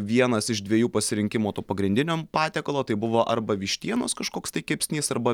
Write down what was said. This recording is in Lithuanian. vienas iš dviejų pasirinkimo to pagrindinio patiekalo tai buvo arba vištienos kažkoks tai kepsnys arba